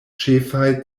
ĉefaj